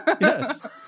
Yes